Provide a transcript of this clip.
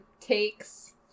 takes